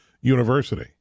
University